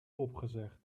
opgezegd